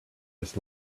his